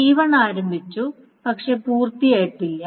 T1 ആരംഭിച്ചു പക്ഷേ പൂർത്തിയായിട്ടില്ല